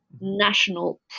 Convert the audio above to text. national